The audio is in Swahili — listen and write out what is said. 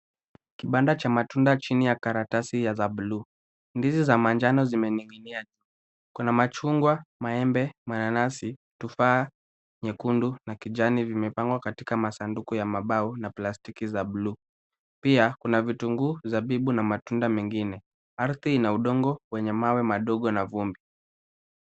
Kibanda cha matunda chini ya karatasi za bluu. Ndizi za manjano zimening'inia. Kuna machungwa, maembe, mananasi, tufaha nyekundu na kijani vimepangwa katika masanduku ya mambao na plastiki za buluu. Pia kuna vitunguu, zabibu na matunda mengine. Ardhi ina udongo wenye mawe madogo na vumbi.